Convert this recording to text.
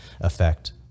effect